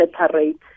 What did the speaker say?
separate